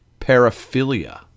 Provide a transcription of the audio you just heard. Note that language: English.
paraphilia